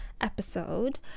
episode